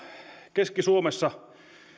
keski suomessa